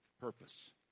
purpose